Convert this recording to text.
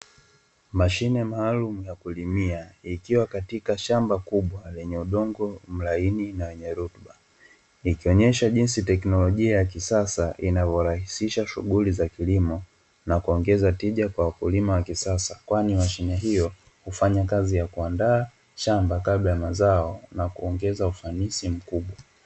Mashine maalumu ya kulimia, ikiwa katika shamba kubwa lenye udongo mlaini na wenye rutuba. Ikionyesha jinsi teknolojia ya kisasa, invyorahisisha shughuli za kilimo na kuongeza tija kwa wakulima wa kisasa, kwani mashine hiyo hufanya kazi ya kuandaa shamba kabla ya mazao na kuongeza ufanisi mkubwa.